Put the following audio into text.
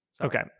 Okay